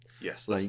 Yes